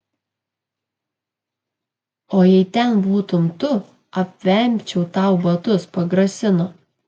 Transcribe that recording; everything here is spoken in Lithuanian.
o jei ten būtum tu apvemčiau tau batus pagrasino